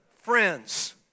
friends